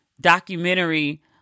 documentary